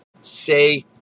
say